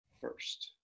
first